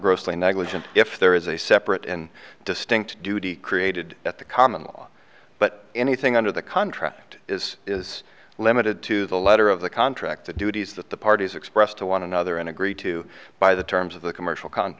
grossly negligent if there is a separate and distinct duty created that the common law but anything under the contract is is limited to the letter of the contract the duties that the parties expressed to one another and agreed to by the terms of the commercial c